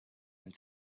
and